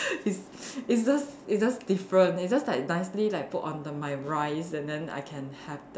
it's it's just it's just different it's just like nicely like put onto my rice then I have the